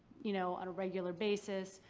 you know, on a regular basis,